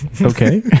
okay